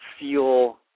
feel